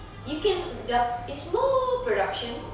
you can the it's more production